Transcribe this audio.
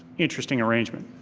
interesting arrangement.